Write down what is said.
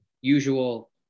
usual